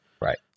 Right